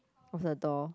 of the door